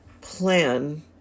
plan